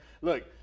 Look